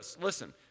listen